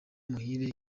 muhire